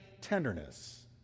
tenderness